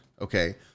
Okay